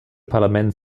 parlament